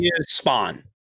spawn